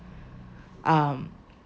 um